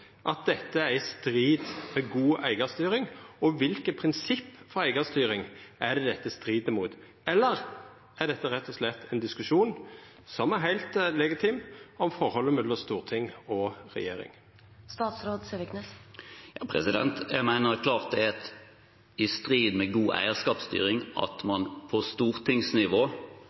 at dette er i strid med god eigarstyring, og kva for prinsipp for eigarstyring er det dette strir mot? Eller er dette rett og slett ein diskusjon som er heilt legitim om forholdet mellom storting og regjering? Jeg mener klart at det er i strid med god eierskapsstyring at man på stortingsnivå